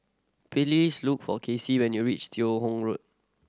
look for Casie when you reach Teo Hong Road